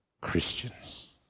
Christians